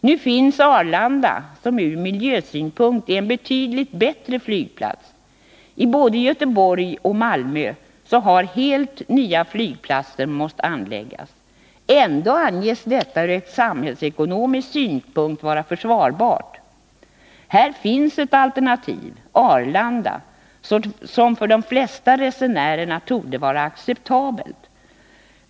Nu finns Arlanda som ur miljösynpunkt är en betydligt bättre flygplats. I både Göteborg och Malmö har helt nya flygplatser måst anläggas. Det har ändå ur samhällsekonomisk synpunkt ansetts vara försvarbart. Här finns ett alternativ, Arlanda, som för de flesta resenärerna torde vara acceptabelt.